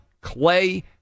Clay